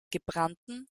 gebrannten